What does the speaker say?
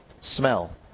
smell